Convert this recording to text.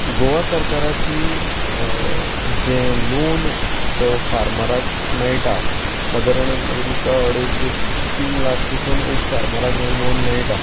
गोवा सरकाराची जें लोन जो फार्मराक मेळटा सादारण एक म्हाका दिसता अडेज ते तीन लाख पासून एक फार्मराक लोन मेळटा